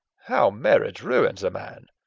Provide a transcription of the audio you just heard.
how marriage ruins a man!